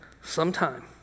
sometime